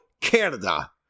canada